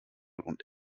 und